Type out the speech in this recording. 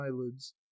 eyelids